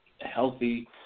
healthy